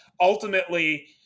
ultimately